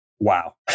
wow